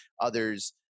others